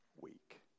week